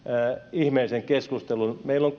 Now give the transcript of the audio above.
ihmeellisen keskustelun meillä on